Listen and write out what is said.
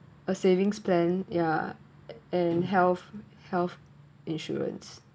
a savings plan yeah and health health insurance